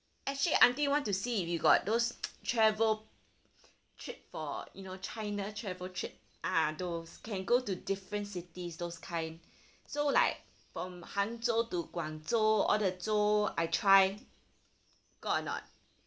actually auntie want to see if you got those travel trip for you know china travel trip ah those can go to different cities those kind so like from hangzhou to guangzhou all the zhou I try got or not